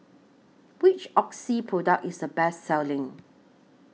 Which Oxy Product IS The Best Selling